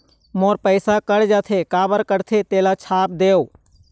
मोर पैसा कट जाथे काबर कटथे तेला छाप देव?